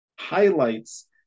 highlights